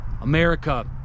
America